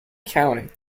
county